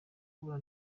kubona